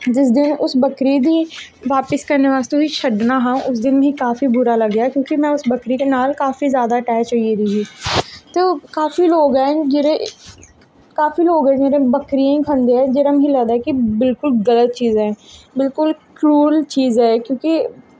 जिस दिन उस बक्करी गी बापस करने बास्तै उसी छड्डना हा उस दिन मिगी काफी बुरा लग्गेआ क्योंकि में उस बक्करी नाल काफी जादा अटैच होई गेदी ही ते ओह् काफी लोक ऐं जेह्ड़े काफी लोग ऐं जेह्ड़े बक्करियें गी खंदे जेह्ड़ा मिगी लगदा कि बिलकुल गल्त चीज ऐ बिल्कुल क्रूल चीज़ ऐ क्योंकि ऐसा